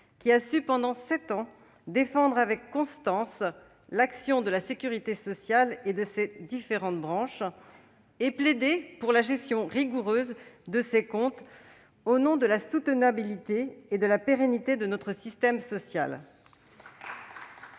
qui a su, durant sept ans, défendre avec constance l'action de la sécurité sociale et de ses différentes branches et plaider pour la gestion rigoureuse de ses comptes, au nom de la soutenabilité et de la pérennité de notre modèle social.